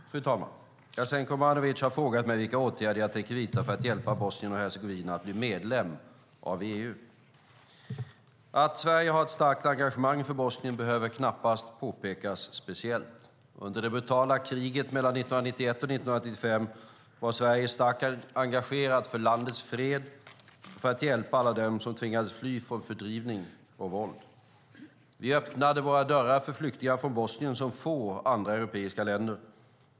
Fru talman! Jasenko Omanovic har frågat mig vilka åtgärder jag tänker vidta för att hjälpa Bosnien och Hercegovina att bli medlem av EU. Att Sverige har ett starkt engagemang för Bosnien behöver knappast påpekas speciellt. Under det brutala kriget mellan 1991 och 1995 var Sverige starkt engagerat för landets fred och för att hjälpa alla dem som tvingades fly från fördrivning och våld. Vi öppnade våra dörrar för flyktingar från Bosnien som få andra europeiska länder.